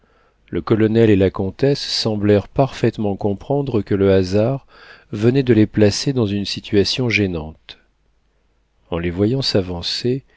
le colonel et la comtesse semblèrent parfaitement comprendre que le hasard venait de les placer dans une situation gênante en les voyant s'avancer